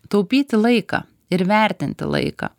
taupyti laiką ir vertinti laiką